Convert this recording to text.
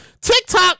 TikTok